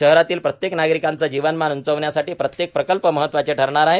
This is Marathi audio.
शहरातील प्रत्येक नागरिकाचे जीवनमान उंचावण्यासाठी प्रत्येक प्रकल्प महत्त्वाचे ठरणार आहे